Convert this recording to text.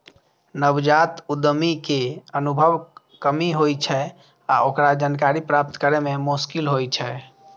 नवजात उद्यमी कें अनुभवक कमी होइ छै आ ओकरा जानकारी प्राप्त करै मे मोश्किल होइ छै